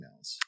emails